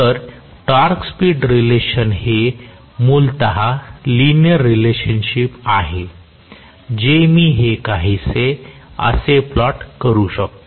तर torque speed relationship हे मूलत लिनिअर रेलशनशिप आहे जे मी हे काहीसे असे प्लॉट करू शकतो